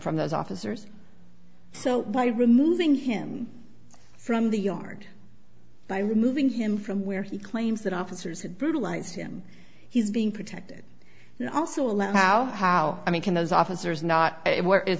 from those officers so by removing him from the yard by removing him from where he claims that officers had brutalized him he's being protected and also allow i mean can those officers